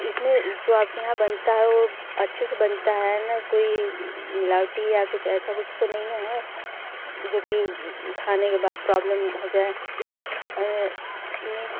इस में जो आपके यहाँ बनता है वो अच्छे से बनता है ना कोई मिलावटी ऐसा कुछ तो नहीं है जो कि खाने के बाद प्रॉब्लम हो जाए अरे नहीं